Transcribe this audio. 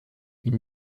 une